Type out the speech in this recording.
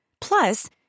Plus